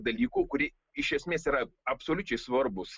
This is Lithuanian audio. dalykų kurie iš esmės yra absoliučiai svarbūs